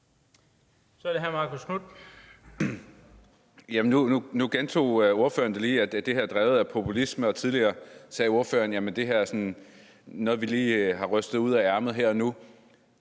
Kl. 13:36 Marcus Knuth (V): Nu gentog ordføreren lige, at det her er drevet af populisme, og tidligere sagde ordføreren, at det her er noget, vi sådan lige har rystet ud af ærmet her og nu.